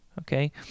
Okay